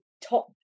top